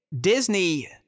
Disney